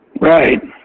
Right